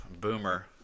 Boomer